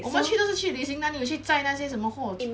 我们去都是去旅行哪里有去载那些什么货